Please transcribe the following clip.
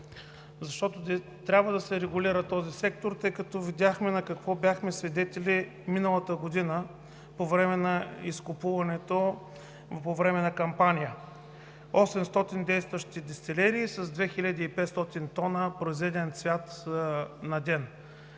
сектор трябва да се регулира, тъй като видяхме на какво бяхме свидетели миналата година по време на изкупуването по време на кампания – 800 действащи дестилерии с по 2500 тона произведен цвят на ден.